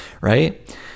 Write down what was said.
right